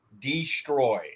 destroy